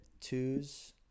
twos